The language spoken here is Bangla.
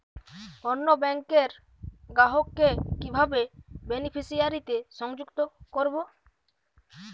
অন্য ব্যাংক র গ্রাহক কে কিভাবে বেনিফিসিয়ারি তে সংযুক্ত করবো?